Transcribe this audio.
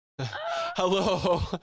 Hello